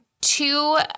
two